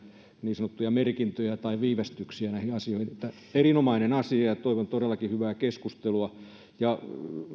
niin sanottuja merkintöjä tai viivästyksiä näihin asioihin tämä on erinomainen asia ja toivon todellakin hyvää keskustelua